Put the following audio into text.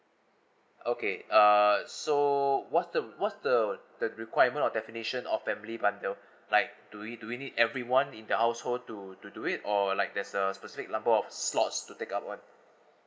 okay err so what's the what's the the requirement or definition of family bundle like do we do we need everyone in the household to to do it or like there's a specific number of slots to take up one